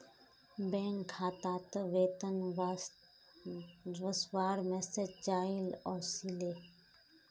bank खातात वेतन वस्वार मैसेज चाइल ओसीले